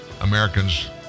Americans